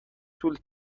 طول